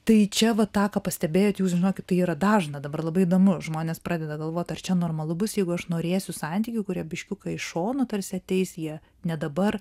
tai čia va tą ką pastebėjot jūs žinokit tai yra dažna dabar labai įdomu žmonės pradeda galvot ar čia normalu bus jeigu aš norėsiu santykių kurie biškiuką iš šono tarsi ateis jie ne dabar